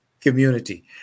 community